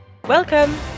Welcome